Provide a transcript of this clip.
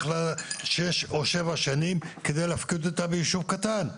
שש או שבע שנים כדי להפקיד אותה בישוב קטן,